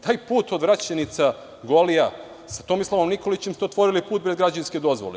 Taj put od Odvraćenica - Golija, sa Tomislavom Nikolićem, ste otvorili put bez građevinske dozvole.